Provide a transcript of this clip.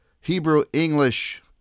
Hebrew-English